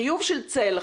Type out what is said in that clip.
החיוב של צל,